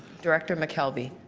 director mckelvie.